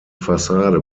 fassade